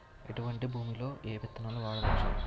ఎటువంటి భూమిలో ఏ విత్తనాలు వాడవచ్చు?